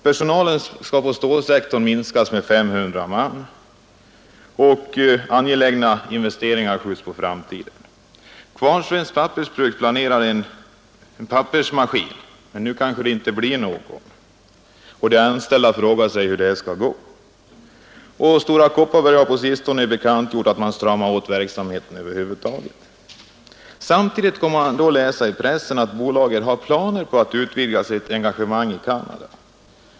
Personalen skall på stålsektorn minskas med 500 man, och angelägna investeringar skjuts på framtiden. Kvarnsvedens pappersbruk planerar en pappersmaskin, men nu kanske det inte blir någon, och de anställda frågar sig hur det skall gå. Stora Kopparberg har på sistone bekantgjort att man stramar åt verksamheten över huvud taget. Samtidigt får man läsa i pressen att bolaget har planer på att utvidga sitt engagemang i Canada.